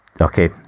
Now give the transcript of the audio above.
Okay